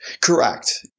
Correct